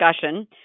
discussion